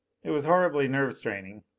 it was horribly nerve straining.